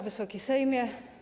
Wysoki Sejmie!